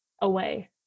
away